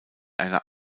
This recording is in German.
einer